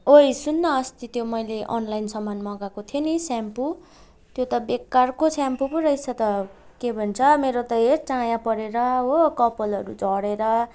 ओइ सुन् न अस्ति त्यो मैले अनलाइन सामान मगाएको थिएँ नि स्याम्पू त्यो त बेकारको स्याम्पू पो रहेछ त के भन्छ मेरो त हेर चाया परेर हो कपालहरू झरेर